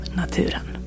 naturen